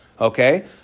okay